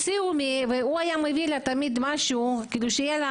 הוא תמיד היה מביא לה משהו כדי שיהיה לה